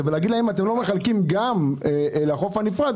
ולהגיד להם שאם הם לא מחלקים גם לחוף הנפרד,